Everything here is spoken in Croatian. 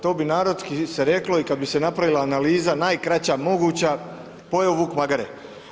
To bi narodski se rekla i kada bi se napravila analiza najkraća moguća pojeo vuk magare.